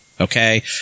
Okay